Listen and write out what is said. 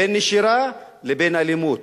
בין נשירה לבין אלימות.